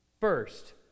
First